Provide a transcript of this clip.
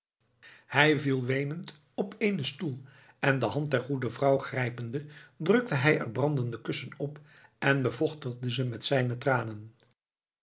hij viel weenend op eenen stoel en de hand der goede vrouw grijpende drukte hij er brandende kussen op en bevochtigde ze met zijne tranen